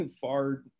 far